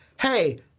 hey